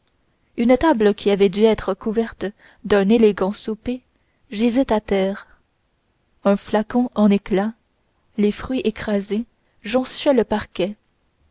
une table qui avait dû être couverte d'un élégant souper gisait à terre les flacons en éclats les fruits écrasés jonchaient le parquet